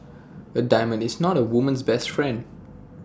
A diamond is not A woman's best friend